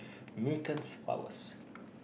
mutant powers